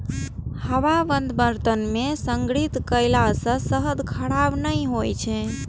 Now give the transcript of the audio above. हवाबंद बर्तन मे संग्रहित कयला सं शहद खराब नहि होइ छै